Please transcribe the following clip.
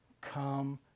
come